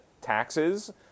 taxes